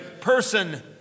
person